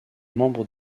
membre